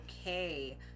okay